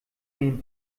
den